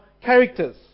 characters